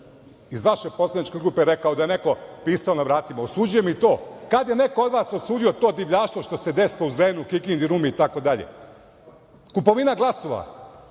iz vaše poslaničke grupe rekao da je neko pisao na vratima. Osuđujem i to, a kada je neko od vas osudio to divljaštvo što se desilo u Zrenjaninu, Kikindi, Rumi i tako dalje. Kupovina glasova.